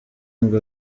ngo